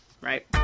right